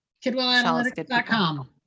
KidwellAnalytics.com